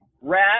rat